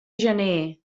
gener